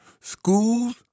Schools